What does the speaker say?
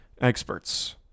experts